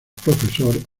profesor